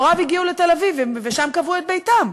הגיעו לתל-אביב ושם קבעו את ביתם,